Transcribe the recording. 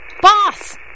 Boss